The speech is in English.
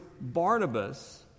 Barnabas